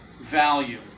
value